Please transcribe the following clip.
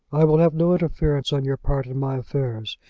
i will have no interference on your part in my affairs,